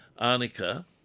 arnica